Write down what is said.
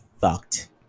fucked